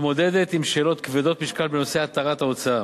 מתמודדת עם שאלות כבדות משקל בנושא התרת ההוצאה,